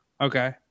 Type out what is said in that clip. Okay